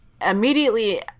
immediately